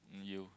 um you